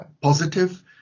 positive